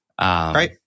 Right